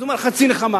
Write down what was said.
אז הוא אומר: חצי נחמה,